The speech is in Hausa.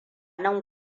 nan